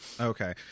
Okay